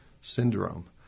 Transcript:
syndrome